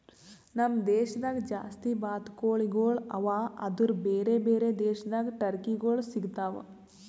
ನಮ್ ದೇಶದಾಗ್ ಜಾಸ್ತಿ ಬಾತುಕೋಳಿಗೊಳ್ ಅವಾ ಆದುರ್ ಬೇರೆ ಬೇರೆ ದೇಶದಾಗ್ ಟರ್ಕಿಗೊಳ್ ಸಿಗತಾವ್